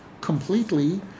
completely